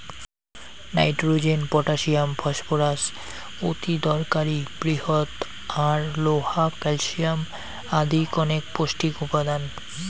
nitrogen, potassium, phosphorus অতিদরকারী বৃহৎ আর লোহা, ক্যালশিয়াম আদি কণেক পৌষ্টিক উপাদান